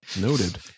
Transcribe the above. Noted